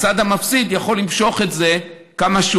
הצד המפסיד יכול למשוך את זה כמה שהוא